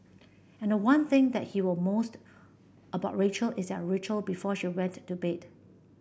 and the one thing that he will most about Rachel is their ritual before she went to bed